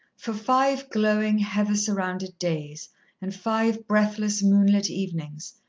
for five glowing, heather-surrounded days and five breathless, moonlit evenings,